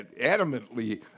adamantly